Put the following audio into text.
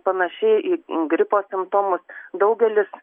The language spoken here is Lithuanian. panaši į gripo simptomus daugelis